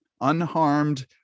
unharmed